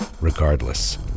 Regardless